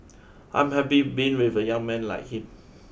I'm happy being with a young man like him